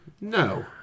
No